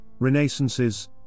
renaissances